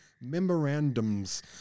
memorandums